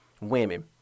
women